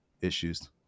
issues